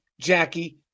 Jackie